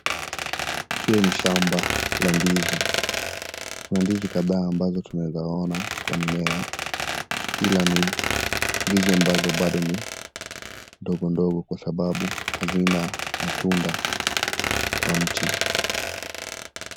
Hii ni shamba la ndizi kuna ndizi kadhaa ambazo tunaeza ona kwa mimea ila ni ndizi ambazo bado ni ndogo ndogo kwa sababu hazina matunda kwa mti.